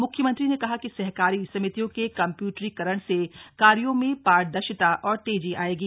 म्ख्यमंत्री ने कहा कि सहकारी समितियों के कम्यूटरीकरण से कार्यों में पारदर्शिता और तेजी थे येगी